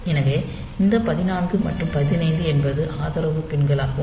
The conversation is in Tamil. எனவே இந்த 14 மற்றும் 15 என்பது ஆதரவு பின்களாகும்